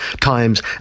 times